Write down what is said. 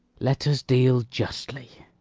let us deal justly.